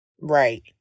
right